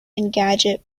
engadget